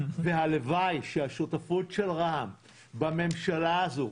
והלוואי שהשותפות של רע"מ בממשלה הזו,